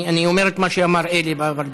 אני אומר את מה שאמר אלי, אבל בקול.